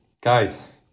Guys